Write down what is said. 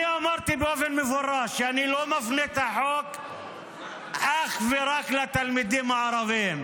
אני אמרתי באופן מפורש שאני לא מפנה את החוק אך ורק לתלמידים הערבים,